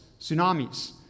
tsunamis